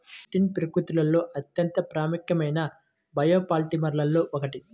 chitin ప్రకృతిలో అత్యంత ముఖ్యమైన బయోపాలిమర్లలో ఒకటి